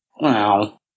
Wow